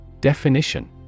Definition